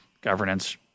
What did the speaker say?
governance